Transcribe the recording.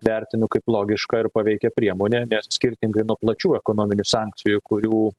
vertinu kaip logišką ir paveikią priemonę skirtingai nuo plačių ekonominių sankcijų kurių